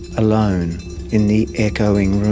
alone in the echoing room,